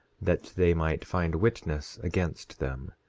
that they might find witness against them,